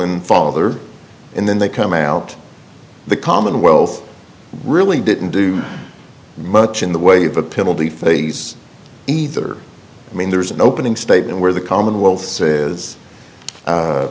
and father and then they come out the commonwealth really didn't do much in the way of the penalty phase either i mean there is an opening statement where the commonwealth says